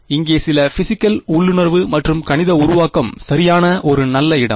எனவே இங்கே சில பிஸிக்கல் உள்ளுணர்வு மற்றும் கணித உருவாக்கம் சரியான ஒரு நல்ல இடம்